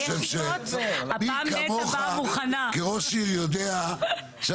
אני חושב שמי כמוך כראש עיר יודע שאנחנו